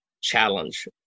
challenge